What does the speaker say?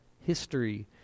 history